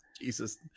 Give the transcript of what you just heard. Jesus